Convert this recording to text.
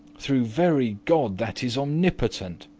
through very god that is omnipotent,